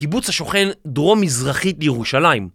קיבוץ השוכן דרום-מזרחית לירושלים